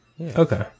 Okay